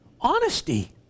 Honesty